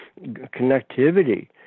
connectivity